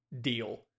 deal